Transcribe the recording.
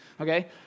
Okay